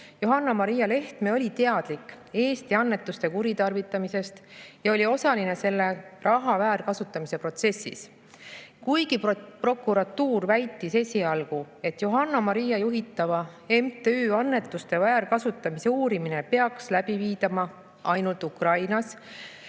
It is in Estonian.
Johanna-Maria Lehtme oli teadlik Eesti annetuste kuritarvitamisest ja oli osaline selle raha väärkasutamise protsessis. Kuigi prokuratuur esialgu väitis, et Johanna-Maria Lehtme juhitava MTÜ annetuste väärkasutamise uurimine peaks läbi viidama ainult Ukrainas,